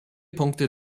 punkte